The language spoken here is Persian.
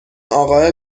اقاهه